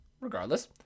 Regardless